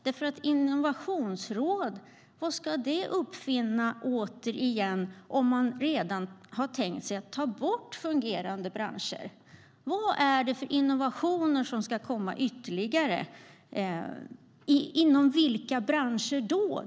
Vad ska ett innovationsråd uppfinna om man har tänkt sig att ta bort fungerande branscher? Vad är det för ytterligare innovationer som ska komma och inom vilka branscher?